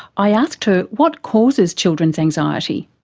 i asked her what causes children's anxiety.